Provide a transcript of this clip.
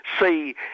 See